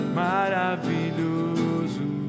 maravilhoso